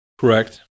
Correct